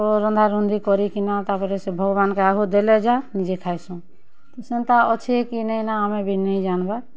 ଓ ରନ୍ଧାରୁନ୍ଧି କରିକିନା ତା'ର୍ପରେ ସେ ଭଗବାନ୍ କେ ଆଗ ଦେଲେ ଯାଇ ନିଜେ ଖାଏସୁଁ ସେନ୍ତା ଅଛେ କି ନାଇ ନ ଆମେ ବି ନାଇ ଜାନ୍ବାର୍